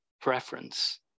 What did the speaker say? preference